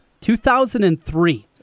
2003